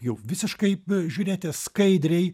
jau visiškai žiūrėti skaidriai